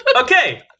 Okay